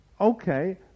Okay